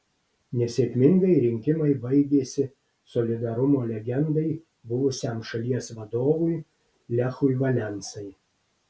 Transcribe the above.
nesėkmingai rinkimai baigėsi solidarumo legendai buvusiam šalies vadovui lechui valensai